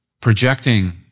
projecting